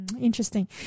Interesting